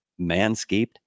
Manscaped